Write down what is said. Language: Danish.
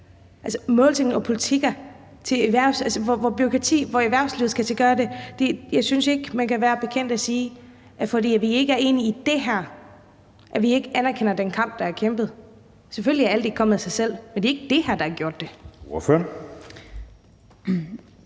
målsætninger og politikker, der giver bureaukrati for erhvervslivet. Jeg synes ikke, man kan være bekendt at sige, at fordi vi ikke er enige i det her, så anerkender vi ikke den kamp, der er kæmpet. Selvfølgelig er alt ikke kommet af sig selv. Men det er ikke det her, der har gjort det. Kl.